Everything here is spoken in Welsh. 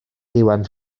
iwan